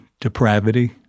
depravity